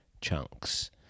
chunks